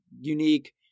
unique